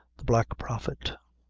the black prophet.